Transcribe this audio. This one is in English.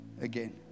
again